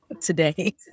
today